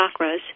chakras